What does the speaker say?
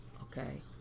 okay